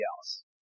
else